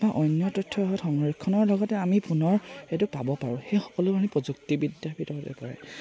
বা অন্য তথ্য সংৰক্ষণৰ লগতে আমি পুনৰ সেইটো পাব পাৰোঁ সেই সকলো আমি প্ৰযুক্তিবিদ্যাৰ ভিতৰতে পৰে